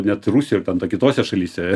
net rusijoj ir ten ta kitose šalyse